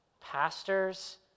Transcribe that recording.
pastors